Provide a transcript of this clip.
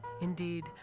Indeed